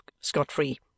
scot-free